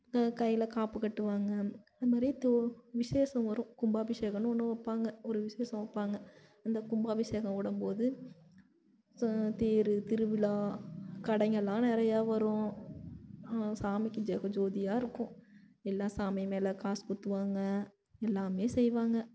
கையில் காப்பு கட்டுவாங்க அதுமாதிரி தோ விசேஷம் வரும் கும்பாபிஷேகன்னு ஒன்று வைப்பாங்க ஒரு விசேஷம் வைப்பாங்க அந்த கும்பாபிஷேகம் விடம்போது ச தேர் திருவிழ கடைங்கெல்லாம் நிறையா வரும் சாமிக்கு ஜகஜோதியாக இருக்கும் எல்லாம் சாமி மேலே காசு குத்துவாங்க எல்லாமே செய்வாங்க